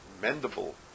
mendable